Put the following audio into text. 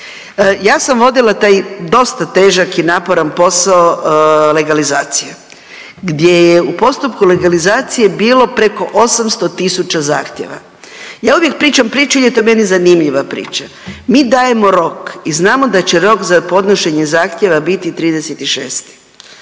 Ja sam vodila taj dosta težak i naporan posao legalizacije, gdje je u postupku legalizacije bilo preko 800000 zahtjeva. Ja uvijek pričam priču jer je to meni zanimljiva priča. Mi dajemo rok i znamo da će rok za podnošenje zahtjeva biti 30.6.